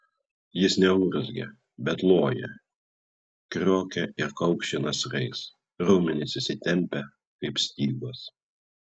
jis neurzgia bet loja kriokia ir kaukši nasrais raumenys įsitempia kaip stygos